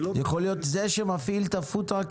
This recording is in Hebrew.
זה יכול להיות האדם שמפעיל את הפוד-טראק,